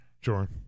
Sure